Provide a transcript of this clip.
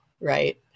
right